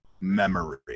memory